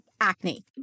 acne